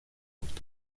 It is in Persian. بود